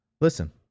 Listen